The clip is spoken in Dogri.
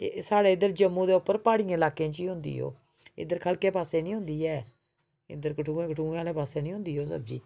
एह् साढ़ै इद्धर जम्मू दे उप्पर प्हाड़ियें लाके च होंदी ओह् इद्धर खलके पासै नी होंदी ऐ इद्धर कठुआ कठुआ आह्लै पासै नी होंदी ओह् सब्ज़ी